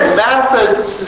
methods